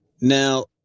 Now